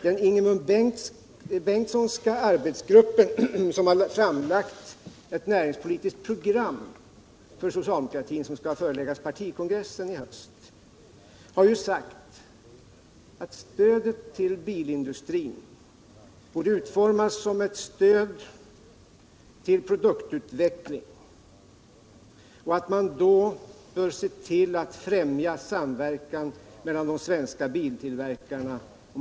Den Ingemund Bengtssonska arbetsgruppen, som för socialdemokratin har framlagt ett näringspolitiskt program som skall föreläggas partikongressen i höst, har sagt att stödet till bilindustrin borde utformas som ett stöd till produktutveckling och att man då bör se till att främja samverkan mellan de svenska biltillverkarna.